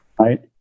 Right